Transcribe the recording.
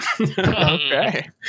Okay